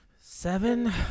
seven